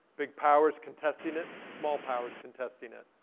big powers contesting it, small powers contesting it.